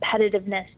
competitiveness